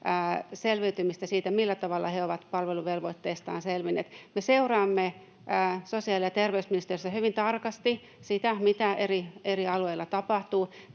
selviytymistä siinä, millä tavalla he ovat palveluvelvoitteestaan selvinneet. Me seuraamme sosiaali- ja terveysministeriössä hyvin tarkasti sitä, mitä eri alueilla tapahtuu.